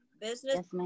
Business